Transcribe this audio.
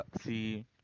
si